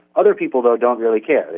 other people though don't really care,